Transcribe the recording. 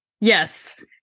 Yes